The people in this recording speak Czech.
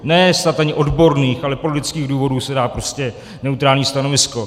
Ne snad ani odborných, ale z politických důvodů se dá prostě neutrální stanovisko.